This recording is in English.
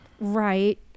Right